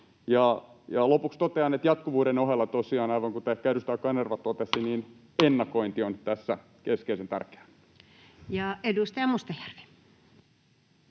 Lopuksi totean, että jatkuvuuden ohella tosiaan, aivan kuten ehkä edustaja Kanerva totesi, ennakointi on tässä keskeisen tärkeää. Ja edustaja Mustajärvi.